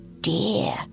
dear